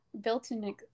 built-in